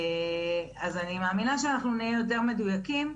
אז אני מאמינה שאנחנו נהיה יותר מדוייקים,